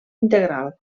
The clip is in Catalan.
integral